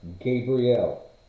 Gabriel